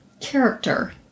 character